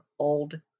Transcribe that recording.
Old